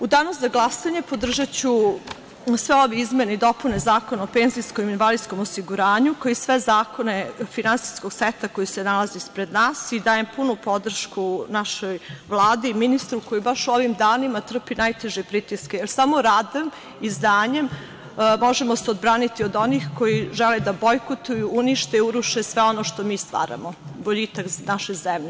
U danu za glasanje podržaću sve ove izmene i dopune Zakona o penzijskom i invalidskom osiguranju, kao i sve zakone finansijskog seta koji se nalaze ispred nas, dajem punu podršku našoj Vladi i ministru, koji baš u ovim danima trpi najteže pritiske, jer samo radom i znanjem možemo se odbraniti od onih koji žele da bojkotuju, unište i uruše sve ono što mi stvaramo - boljitak naše zemlje.